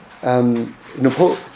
Napoleon